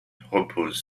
repose